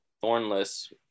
thornless